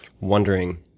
wondering